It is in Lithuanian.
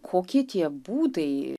kokie tie būdai